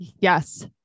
Yes